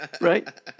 Right